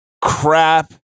Crap